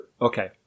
Okay